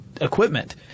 equipment